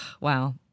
Wow